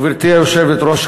גברתי היושבת-ראש,